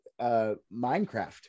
Minecraft